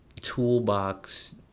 toolbox